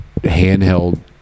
handheld